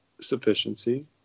sufficiency